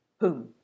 Whom